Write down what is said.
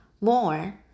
More